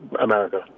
America